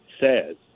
says